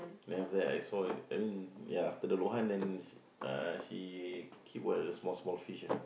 then after that I saw it I mean ya after the luohan then uh he keep what the small small fish ah